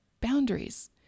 boundaries